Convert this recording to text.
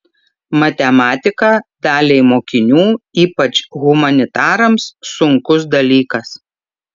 matematika daliai mokinių ypač humanitarams sunkus dalykas